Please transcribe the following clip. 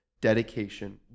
dedication